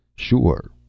sure